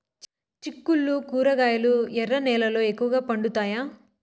చిక్కుళ్లు కూరగాయలు ఎర్ర నేలల్లో ఎక్కువగా పండుతాయా